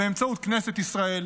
באמצעות כנסת ישראל,